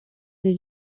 des